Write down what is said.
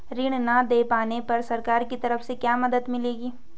ऋण न दें पाने पर सरकार की तरफ से क्या मदद मिलेगी?